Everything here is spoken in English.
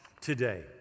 today